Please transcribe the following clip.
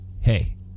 hey